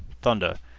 thunder,